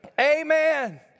Amen